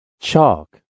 Chalk